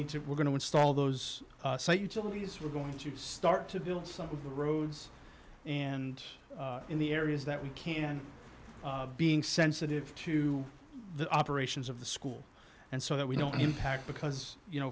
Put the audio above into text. need to we're going to install those utilities we're going to start to build some of the roads and in the areas that we can being sensitive to the operations of the school and so that we don't impact because you know